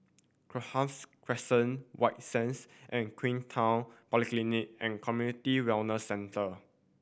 Cochrane Crescent White Sands and Queenstown Polyclinic and Community Wellness Centre